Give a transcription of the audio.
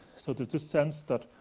so there's this sense that,